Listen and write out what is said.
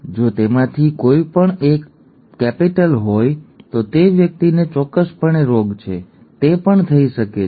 જો તેમાંથી કોઈ એક કેપિટલ હોય તો તે વ્યક્તિને ચોક્કસપણે રોગ છે તે પણ થઈ શકે છે